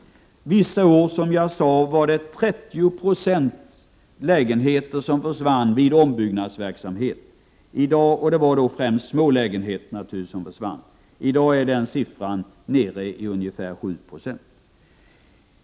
Under vissa år försvann 30 96 av de lägenheter som var föremål för ombyggnadsverksamhet. Det var naturligtvis främst små lägenheter som försvann. I dag är den andelen nere i ungefär 7 Io.